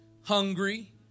hungry